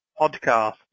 podcast